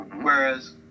whereas